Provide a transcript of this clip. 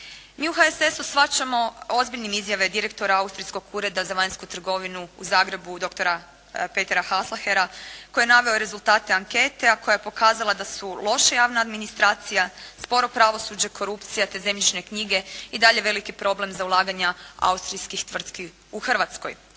Mi u HSS-u shvaćamo ozbiljnim izjave direktora austrijskog Ureda za vanjsku trgovinu u Zagrebu, dr. Petra Haslahera, koji je naveo rezultate anketa, a koja je pokazala da su loša javna administracija, sporo pravosuđe, korupcija, te zemljišne knjige i dalje veliki problem za ulaganja austrijskih tvrtki u Hrvatskoj.